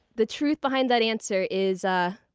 the truth behind that answer is, ah